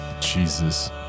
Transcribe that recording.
Jesus